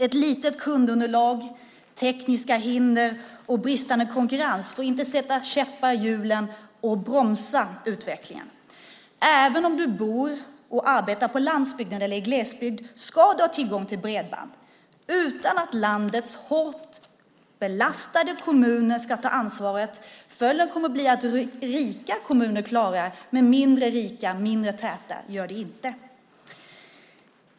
Ett litet kundunderlag, tekniska hinder och bristande konkurrens får inte sätta käppar i hjulen och bromsa utvecklingen. Även om du bor och arbetar på landsbygden eller i glesbygd ska du ha tillgång till bredband utan att landets hårt belastade kommuner ska ta ansvaret. Följden kommer annars att bli att rika kommuner klarar det, men mindre rika och mindre täta gör det inte.